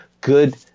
good